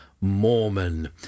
Mormon